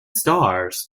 stars